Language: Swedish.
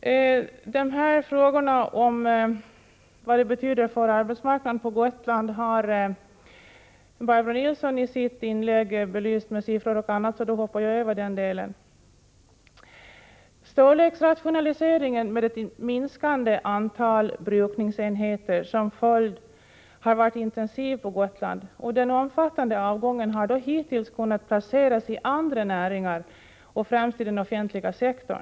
Vad detta betyder för arbetsmarknaden på Gotland har Barbro Nilsson i Visby i sitt inlägg redan belyst, bl.a. med siffror, och jag avstår därför från att säga något om det. Storleksrationaliseringen med ett minskande antal brukningsenheter som följd har varit intensiv på Gotland. De som berörts av den omfattande avgången har hittills kunnat placeras i andra näringar, främst då den offentliga sektorn.